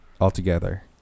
altogether